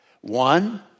One